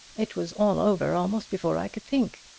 it was all over almost before i could think.